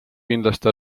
kindlasti